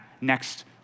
next